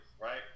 right